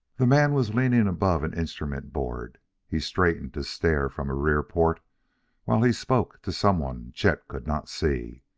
the man was leaning above an instrument board he straightened to stare from a rear port while he spoke to someone chet could not see.